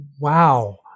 wow